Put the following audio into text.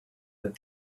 that